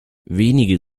wenige